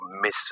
Miss